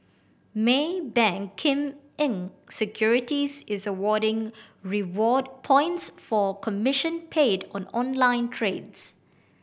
Maybank Kim Eng Securities is awarding reward points for commission paid on online trades